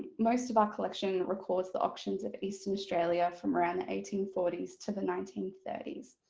most of our collection records the auctions of eastern australia from around the eighteen forty s to the nineteen thirty s.